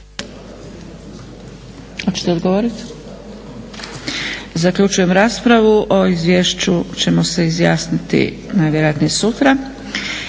Hoćete odgovoriti? Zaključujem raspravu. O izvješću ćemo se izjasniti najvjerojatnije sutra.